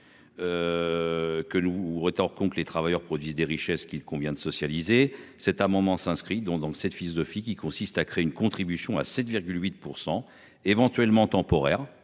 Que nous rétorqueront que les travailleurs produisent des richesses qu'il convient de socialiser cet amendement s'inscrit donc dans le 7. Philosophie qui consiste à créer une contribution à 7 8 % éventuellement temporaire